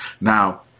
Now